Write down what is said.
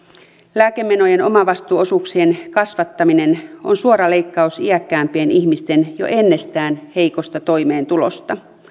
lääkemenojen omavastuuosuuksien kasvattaminen on suora leikkaus iäkkäämpien ihmisten jo ennestään heikkoon toimeentuloon